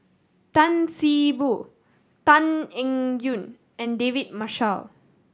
Tan See Boo Tan Eng Yoon and David Marshall